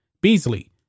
Beasley